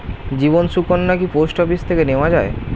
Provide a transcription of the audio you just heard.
জীবন সুকন্যা কি post office থেকে নেওয়া যায়?